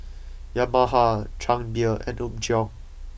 Yamaha Chang Beer and Apgujeong